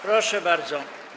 Proszę bardzo.